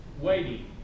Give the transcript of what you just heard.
waiting